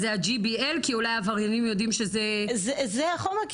אז זה ה-GBL כי אולי העבריינים יודעים ש- זה החומר,